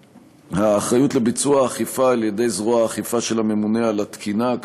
האחריות לביצוע האכיפה על-ידי זרוע האכיפה של הממונה על התקינה,